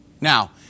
Now